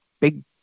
big